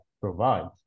provides